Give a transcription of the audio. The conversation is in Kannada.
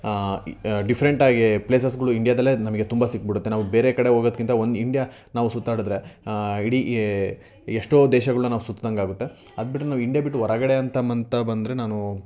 ಡಿಫ್ರೆಂಟ್ ಆಗಿ ಪ್ಲೇಸಸ್ಗಳು ಇಂಡ್ಯಾದಲ್ಲೇ ನಮಗೆ ತುಂಬ ಸಿಕ್ಬಿಡುತ್ತೆ ನಾವು ಬೇರೆ ಕಡೆ ಹೋಗೋದ್ಕಿಂತ ಒಂದು ಇಂಡ್ಯಾ ನಾವು ಸುತ್ತಾಡಿದ್ರೆ ಇಡೀ ಎಷ್ಟೋ ದೇಶಗಳ್ನ ನಾವು ಸುತ್ತಿದಂಗಾಗುತ್ತೆ ಅದ್ಬಿಟ್ರೆ ನಾವು ಇಂಡ್ಯಾ ಬಿಟ್ಟು ಹೊರಗಡೆ ಅಂತ ಬಂತು ಬಂದರೆ ನಾನು